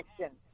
action